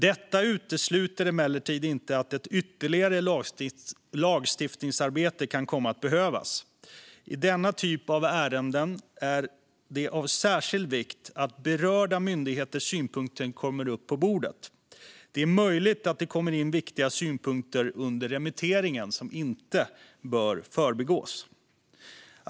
Detta utesluter emellertid inte att ett ytterligare lagstiftningsarbete kan komma att behövas. I denna typ av ärenden är det av särskild vikt att berörda myndigheters synpunkter kommer upp på bordet. Det är möjligt att det kommer in viktiga synpunkter under remitteringen som inte bör förbigås.